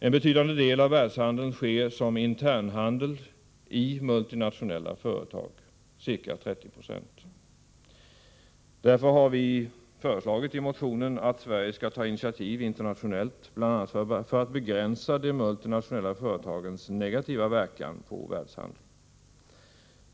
En betydande del av världshandeln, ca 30 26, sker som internhandel i multinationella företag. Därför har vi föreslagit i motionen att Sverige skall ta initiativ internationellt, bl.a. för att begränsa de multinationella företagens negativa verkan på världshandeln.